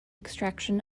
extraction